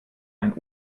ein